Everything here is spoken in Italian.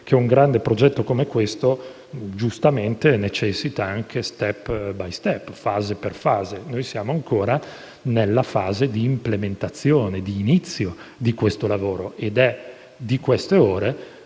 cui un grande progetto come questo necessita, anche *step by step*, fase per fase. Siamo ancora nella fase di implementazione, di inizio di questo lavoro ed è di queste ore